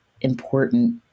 important